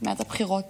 מאז הבחירות,